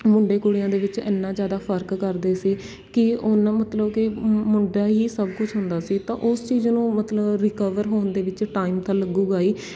ਮੁੰਡੇ ਕੁੜੀਆਂ ਦੇ ਵਿੱਚ ਇੰਨਾਂ ਜ਼ਿਆਦਾ ਫ਼ਰਕ ਕਰਦੇ ਸੀ ਕਿ ਉਹਨਾਂ ਮਤਲਬ ਕਿ ਮ ਮੁੰਡਾ ਹੀ ਸਭ ਕੁਛ ਹੁੰਦਾ ਸੀ ਤਾਂ ਉਸ ਚੀਜ਼ ਨੂੰ ਮਤਲਬ ਰੀਕਵਰ ਹੋਣ ਦੇ ਵਿੱਚ ਟਾਈਮ ਤਾਂ ਲੱਗੇਗਾ ਹੀ